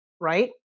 right